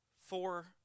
Four